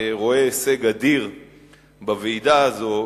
רואה הישג אדיר בוועידה הזאת,